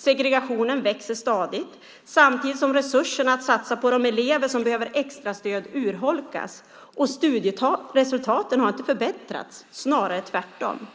Segregationen växer stadigt samtidigt som resurserna att satsa på de elever som behöver extrastöd urholkas. Och studieresultaten har inte förbättrats, snarare tvärtom.